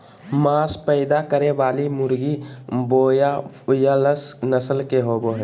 मांस पैदा करने वाली मुर्गी ब्रोआयालर्स नस्ल के होबे हइ